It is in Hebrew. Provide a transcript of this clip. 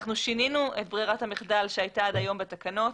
אנחנו שינינו את ברירת המחדל שהייתה עד היום בתקנות.